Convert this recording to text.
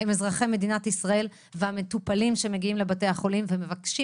הם אזרחי ישראל והמטופלים שמגיעים לבתי החולים ומבקשים